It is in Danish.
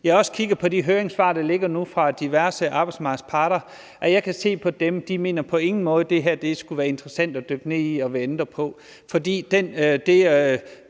også kigget på de høringssvar, der ligger nu fra diverse arbejdsmarkedsparter, og jeg kan se på dem, at de på ingen måde mener, at det her skulle være interessant at dykke ned i og ændre på,